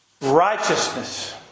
Righteousness